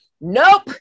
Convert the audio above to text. Nope